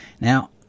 Now